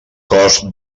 cost